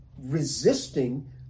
resisting